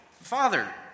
Father